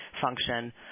function